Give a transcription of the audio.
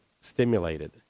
stimulated